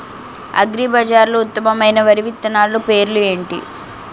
అగ్రిబజార్లో ఉత్తమమైన వరి విత్తనాలు పేర్లు ఏంటి?